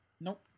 nope